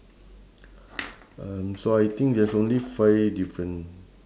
um so I think there's only five different